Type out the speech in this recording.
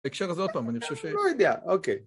בהקשר הזה, עוד פעם, אני חושב ש... לא יודע, אוקיי.